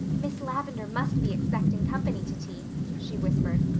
miss lavendar must be expecting company to tea, she whispered.